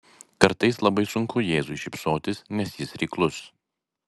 kartais labai sunku jėzui šypsotis nes jis reiklus